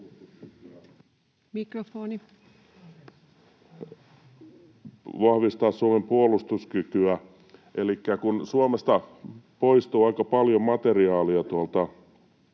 Mikrofoni!] ...vahvistaa Suomen puolustuskykyä. Elikkä kun Suomesta poistuu aika paljon materiaalia tuolta